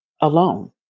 alone